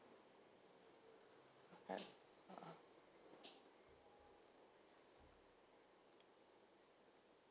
okay ah